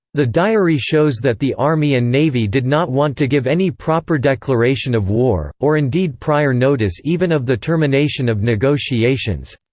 the diary shows that the army and navy did not want to give any proper declaration of war, or indeed prior notice even of the termination of negotiations.